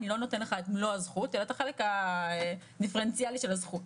אני לא נותן לך את מלוא הזכות אלא את החלק הדיפרנציאלי של הזכות.."